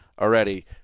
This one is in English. already